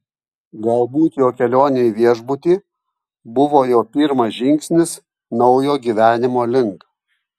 galbūt jo kelionė į viešbutį buvo jo pirmas žingsnis naujo gyvenimo link